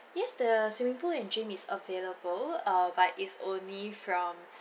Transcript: yes the swimming pool and gym is available err but is only from